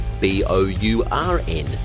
B-O-U-R-N